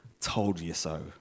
told-you-so